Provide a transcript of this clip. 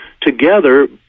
together